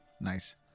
Nice